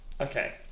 Okay